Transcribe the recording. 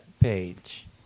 page